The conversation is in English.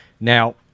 Now